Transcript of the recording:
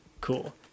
cool